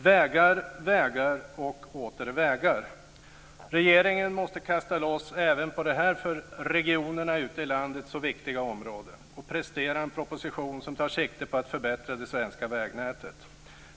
Vägar, vägar och åter vägar. Regeringen måste kasta loss även på det här för regionerna ute i landet så viktiga området och prestera en proposition som tar sikte på att förbättra det svenska vägnätet.